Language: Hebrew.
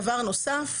דבר נוסף,